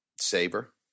saber